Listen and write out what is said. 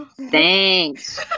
Thanks